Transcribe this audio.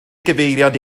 gyfeiriad